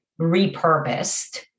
repurposed